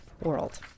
world